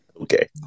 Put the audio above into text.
Okay